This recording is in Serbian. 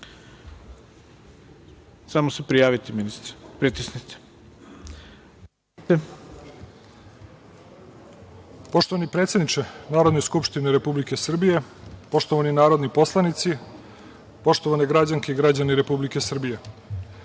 želi reč? Izvolite. **Zlatibor Lončar** Poštovani predsedniče Narodne skupštine Republike Srbije, poštovani narodni poslanici, poštovane građanke i građani Republike Srbije,